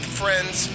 friends